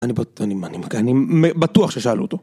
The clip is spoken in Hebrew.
אני, אני בטוח ששאלו אותו.